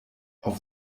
auf